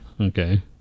Okay